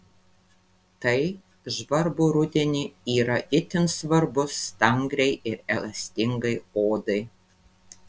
tai žvarbų rudenį yra itin svarbus stangriai ir elastingai odai